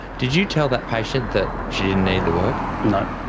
did you tell that patient that she didn't need the work? no.